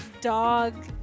dog